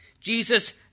Jesus